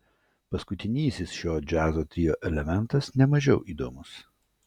paskutinysis šio džiazo trio elementas ne mažiau įdomus